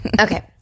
Okay